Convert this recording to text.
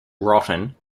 rotten